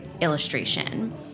illustration